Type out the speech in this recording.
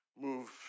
Move